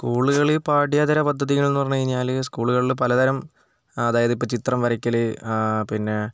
സ്കൂളുകളിൽ പഠ്യേതര പദ്ധതികൾ എന്ന് പറഞ്ഞു കഴിഞ്ഞാൽ സ്കൂളുകളിൽ പലതരം അതായത് ഇപ്പോൾ ചിത്രം വരയ്ക്കൽ പിന്നെ